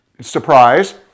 Surprise